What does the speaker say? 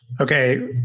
Okay